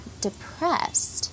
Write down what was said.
depressed